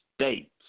states